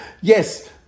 yes